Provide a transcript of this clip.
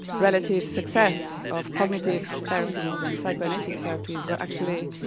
relative success of cognitive therapies and psychoanalytic therapies were actually